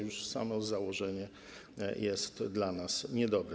Już samo założenie jest dla nas niedobre.